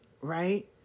right